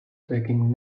taking